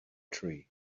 tree